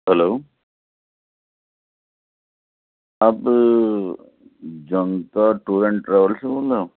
hello آپ Janta tour and travel سے بول رہے ہو